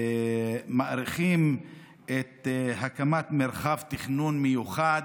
מאריכים את הקמת מרחב תכנון מיוחד.